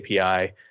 API